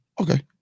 Okay